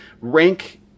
rank